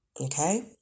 okay